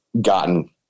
gotten